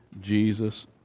jesus